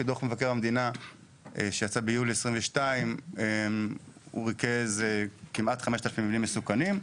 דוח מבקר המדינה שיצא ביולי 2022 ריכז כמעט 5,000 מבנים מסוכנים,